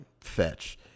fetch